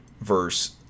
verse